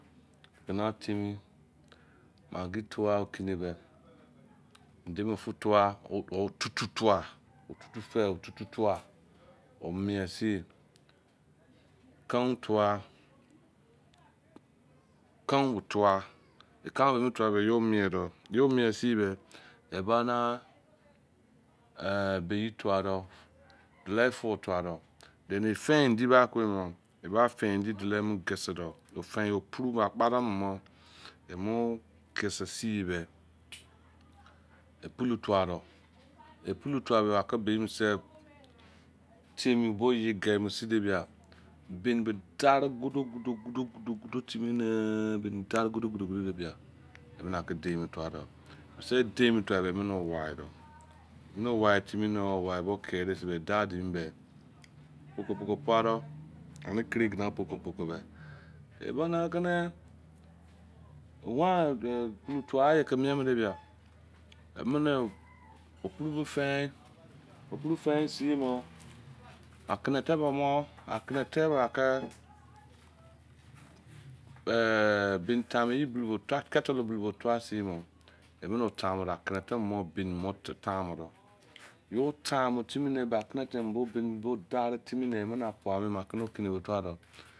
Egina temi, maggi tua okine be endeme fu tua otutu tua otutu fei otutu tua omie sin karin tua kaun be tua e kaun beh emu tugi be yo mie doh yo mie sin sin beh e ba neh be yi tua doh duloi fu tua doh then e fein endi ba kubo in boh eba fein endi dulo mu gisi doh fein opuru boh akpada mini mo emu gisi sin boh, e pulu tua doh e pulu tua bo ake be eyiminise gianmu sin ne bia beni be dari godogodo tini neh beni dari godogodo de deh bia e mene ake derin mu tua doh bise dein mu tua beh emene owai doh emene owai doh owai bo kire sin bo e dag di bo pokopoko pua doh ane kingina poko poko beh eba nakene wan pulu tua gha ye ke mie mene bia emene opuru be fein opuru feib sin boh akenete ba moh akrnete ba ake eh bari tamu yi bulu bo tua kettle bulu bo tua sin boh emene o tanmu doh akenete meni mo beri mo tan mu doh, yo tanmu timi yo be akenete meni mo beni mo bo dari timi ne emene wai ake okine otua doh